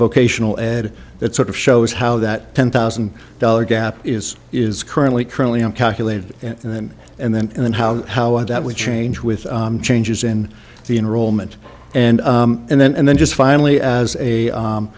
vocational ed that sort of shows how that ten thousand dollars gap is is currently currently on calculated and then and then and then how how that will change with changes in the enroll meant and and then and then just finally as a